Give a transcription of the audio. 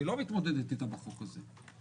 היא לא מתמודדת איתה בחוק הזה.